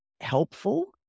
helpful